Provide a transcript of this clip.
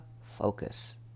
focus